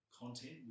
content